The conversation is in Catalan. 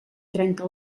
trenca